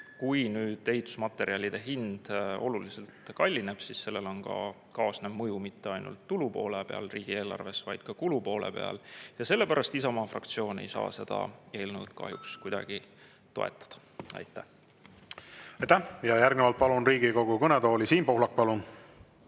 Kui nüüd ehitusmaterjalide hind oluliselt kallineb, siis ka sellel on kaasnev mõju mitte ainult tulupoolele riigieelarves, vaid ka kulupoolele. Sellepärast Isamaa fraktsioon ei saa seda eelnõu kahjuks kuidagi toetada. Aitäh! Aitäh! Järgnevalt palun Riigikogu kõnetooli Siim Pohlaku. Palun!